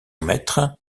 maître